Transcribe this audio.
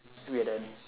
we are done